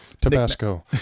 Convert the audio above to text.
Tabasco